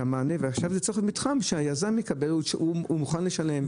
ועכשיו לצורך המתחם שהיזם מקבל, הוא מוכן לשלם.